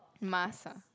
mask ah